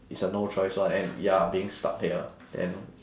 it's a no choice [one] and you're being stuck here then